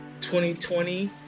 2020